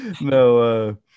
no